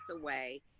away